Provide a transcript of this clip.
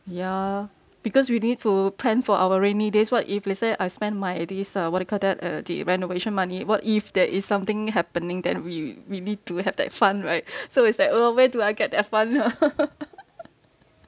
ya because we need to plan for our rainy days what if let's say I spend my this uh what do you call that uh the renovation money what if there is something happening then we we need to have that fund right so it's like oh where do I get that fund ah